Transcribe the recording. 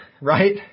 Right